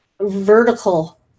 vertical